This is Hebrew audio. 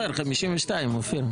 14:44.)